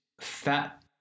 fat